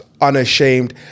unashamed